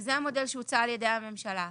זה המודל שהוצע על ידי הממשלה.